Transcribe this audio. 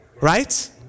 right